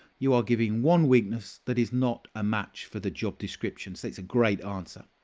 you are giving one weakness that is not a match for the job description. it's a great answer.